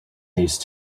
these